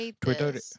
Twitter